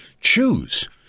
choose